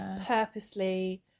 purposely